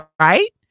right